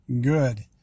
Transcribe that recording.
good